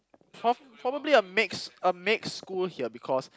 prob~ probably a mixed a mixed school here because